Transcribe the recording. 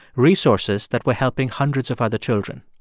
resources that were helping hundreds of other children.